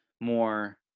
more